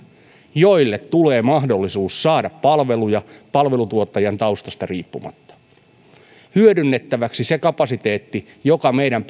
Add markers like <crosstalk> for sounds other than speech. joille tulee mahdollisuus saada palveluja palvelutuottajan taustasta riippumatta tulee hyödynnettäväksi se kapasiteetti joka meidän <unintelligible>